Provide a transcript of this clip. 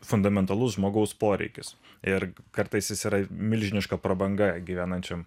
fundamentalus žmogaus poreikis ir kartais jis yra milžiniška prabanga gyvenančiam